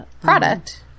product